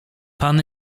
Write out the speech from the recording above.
pan